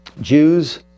Jews